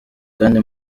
kandi